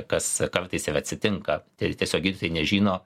kas kartais ir atsitinka tai tiesiog gydytojai nežino